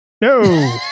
no